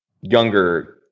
younger